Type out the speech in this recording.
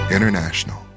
International